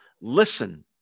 listen